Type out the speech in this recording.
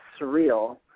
surreal